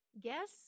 Guess